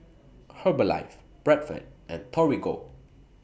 Herbalife Bradford and Torigo